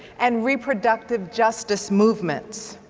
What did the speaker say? and reproductive justice movements.